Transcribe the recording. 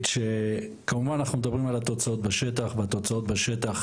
שכמובן אנחנו מדברים על התוצאות בשטח והתוצאות בשטח,